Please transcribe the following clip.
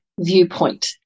viewpoint